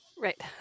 Right